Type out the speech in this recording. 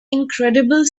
incredible